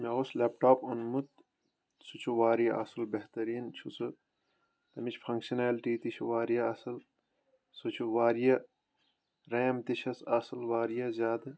مےٚ اوس لَیٚپٹاپ اوٚنمُت سُہ چھُ واریاہ اَصٕل بہتَریٖن چھُ سُہ تمِچ فنٛگشٕنَیلٹی تہِ چھُ واریاہ اصل سُہ چھُ واریاہ رَیم تہِ چھس اَصٕل واریاہ زیادٕ